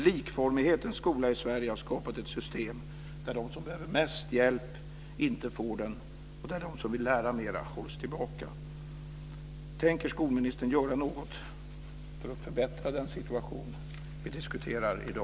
Likformighetens skola i Sverige har skapat ett system där de som behöver mest hjälp inte får den och där de som vill lära mera hålls tillbaka.